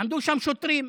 עמדו שם שוטרים,